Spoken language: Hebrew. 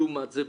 לעומת זה,